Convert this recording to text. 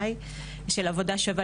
של עבודה שווה,